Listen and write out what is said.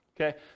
Okay